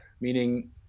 meaning